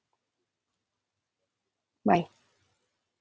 bye